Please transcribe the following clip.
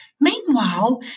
Meanwhile